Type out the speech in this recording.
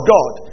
God